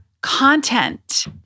content